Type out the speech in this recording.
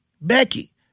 Becky